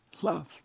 love